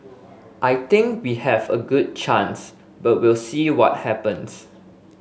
I think we have a good chance but we'll see what happens